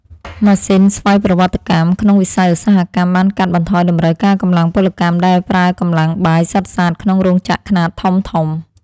ម៉ាស៊ីនស្វ័យប្រវត្តិកម្មក្នុងវិស័យឧស្សាហកម្មបានកាត់បន្ថយតម្រូវការកម្លាំងពលកម្មដែលប្រើកម្លាំងបាយសុទ្ធសាធក្នុងរោងចក្រខ្នាតធំៗ។